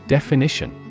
Definition